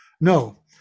No